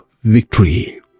victory